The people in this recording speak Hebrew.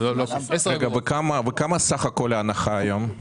וכמה סך הכול ההנחה היום?